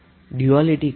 duality કોને કહે છે